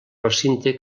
recinte